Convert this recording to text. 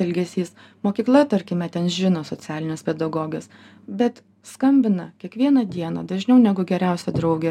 elgesys mokykla tarkime ten žino socialinės pedagogės bet skambina kiekvieną dieną dažniau negu geriausia draugė